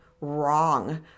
wrong